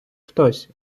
хтось